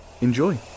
Enjoy